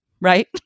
Right